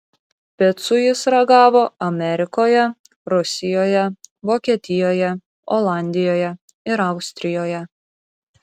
picų jis ragavo amerikoje rusijoje vokietijoje olandijoje ir austrijoje